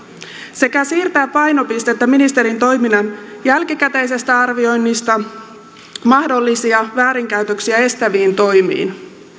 sekä siirtää painopistettä ministerin toiminnan jälkikäteisestä arvioinnista mahdollisia väärinkäytöksiä estäviin toimiin